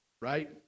right